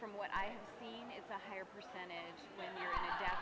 from what i mean it's a higher percentage